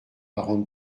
rendre